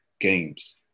games